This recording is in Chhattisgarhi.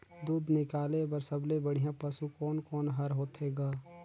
दूध निकाले बर सबले बढ़िया पशु कोन कोन हर होथे ग?